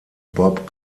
bob